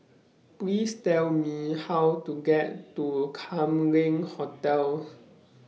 Please Tell Me How to get to Kam Leng Hotel